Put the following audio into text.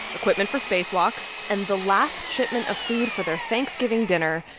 equipment for spacewalks and the last shipment of food for their thanksgiving dinner,